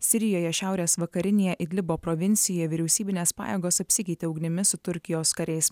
sirijoje šiaurės vakarinėje idlibo provincijoj vyriausybinės pajėgos apsikeitė ugnimi su turkijos kariais